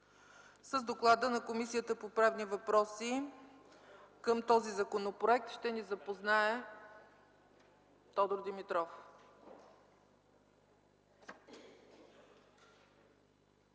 С доклада на Комисията по правни въпроси по този законопроект ще ни запознае Тодор Димитров.